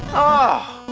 ahh!